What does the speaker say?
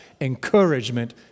encouragement